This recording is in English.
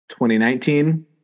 2019